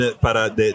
Para